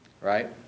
right